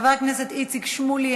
חבר הכנסת איציק שמולי,